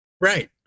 Right